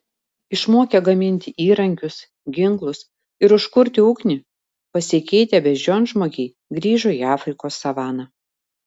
išmokę gaminti įrankius ginklus ir užkurti ugnį pasikeitę beždžionžmogiai grįžo į afrikos savaną